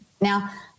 Now